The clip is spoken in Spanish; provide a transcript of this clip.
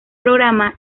programa